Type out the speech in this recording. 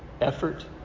effort